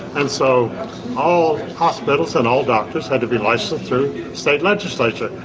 and so all hospitals and all doctors had to be licensed through state legislature,